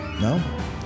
No